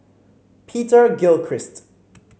Peter Gilchrist